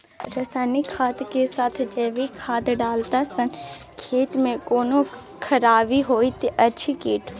रसायनिक खाद के साथ जैविक खाद डालला सॅ खेत मे कोनो खराबी होयत अछि कीट?